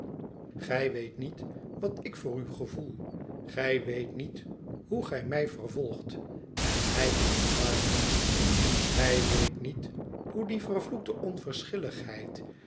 gij weet niet wat ik voor u gevoel gij weet niet hoe gij mij vervolgt en mij in de war brengt gij weet niet hoe die vervloekte onverschilligheid